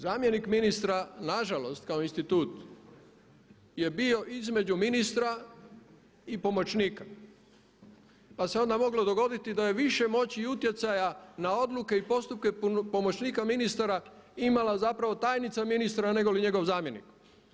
Zamjenik ministra, nažalost kao institut, je bio između ministra i pomoćnika, pa se onda moglo dogoditi da je više moći i utjecaja na odluke i postupke pomoćnika ministara imala zapravo tajnica ministra negoli njegov zamjenik.